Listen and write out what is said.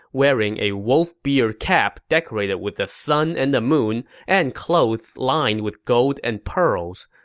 wearing a wolf-beard cap decorated with the sun and the moon and clothes lined with gold and pearls.